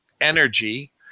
energy